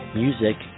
Music